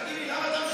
תגיד לי, למה אתה משקר?